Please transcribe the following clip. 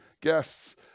guests